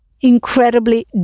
incredibly